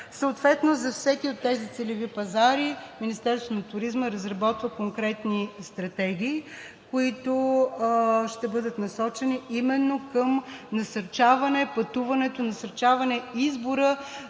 Съответно за всеки от тези целеви пазари Министерството на туризма разработва конкретни стратегии, които ще бъдат насочени именно към насърчаване пътуването, насърчаване избора